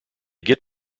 get